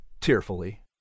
tearfully